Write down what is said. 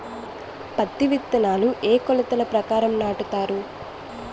పత్తి విత్తనాలు ఏ ఏ కొలతల ప్రకారం నాటుతారు?